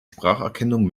spracherkennung